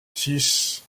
six